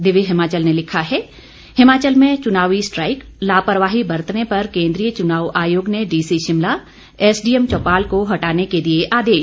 दिव्य हिमाचल ने लिखा है हिमाचल में चुनावी स्ट्राइक लापरवाही बरतने पर केंद्रीय चुनाव आयोग ने डीसी शिमला एसडीएम चौपाल को हटाने के दिए आदेश